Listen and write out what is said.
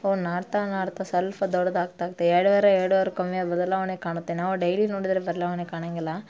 ಅವು ನಾಟ್ತಾ ನಾಟ್ತಾ ಸ್ವಲ್ಪ ದೊಡ್ದು ಆಗ್ತಾ ಆಗ್ತಾ ಎರಡು ವಾರ ಎರಡು ವಾರಕ್ಕೊಮ್ಮೆ ಬದಲಾವಣೆ ಕಾಣುತ್ತೆ ನಾವು ಡೈಲಿ ನೋಡಿದ್ರೆ ಬದಲಾವಣೆ ಕಾಣಂಗಿಲ್ಲ